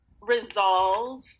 resolve